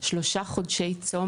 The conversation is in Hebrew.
שלושה חודשי צום